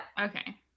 Okay